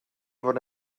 fod